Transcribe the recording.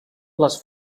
les